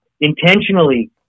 intentionally